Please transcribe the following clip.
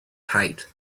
tight